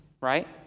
right